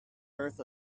earth